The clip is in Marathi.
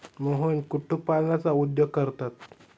मोहन कुक्कुटपालनाचा उद्योग करतात